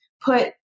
put